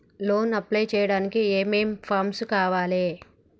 Loan apply చేయడానికి ఏం ఏం ఫామ్స్ కావాలే?